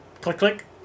click-click